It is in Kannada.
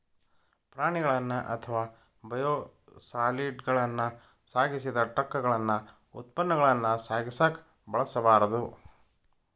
ಪ್ರಾಣಿಗಳನ್ನ ಅಥವಾ ಬಯೋಸಾಲಿಡ್ಗಳನ್ನ ಸಾಗಿಸಿದ ಟ್ರಕಗಳನ್ನ ಉತ್ಪನ್ನಗಳನ್ನ ಸಾಗಿಸಕ ಬಳಸಬಾರ್ದು